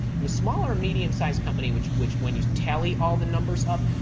and a small or a medium-sized company which which when you tally all the numbers up,